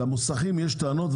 למוסכים יש טענות,